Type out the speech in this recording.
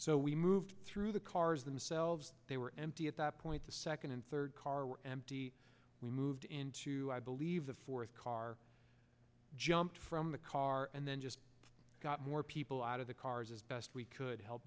so we moved through the cars themselves they were empty at that point the second and third car were empty we moved into i believe the fourth car jumped from the car and then just got more people out of the cars as best we could help